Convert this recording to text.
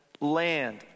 land